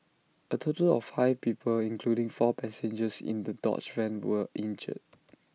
A total of five people including four passengers in the dodge van were injured